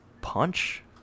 punch